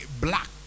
black